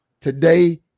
today